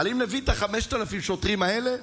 אם נביא את 5,000 השוטרים האלה,